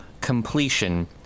completion